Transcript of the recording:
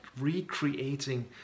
recreating